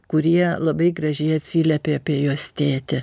kurie labai gražiai atsiliepė apie juos tėti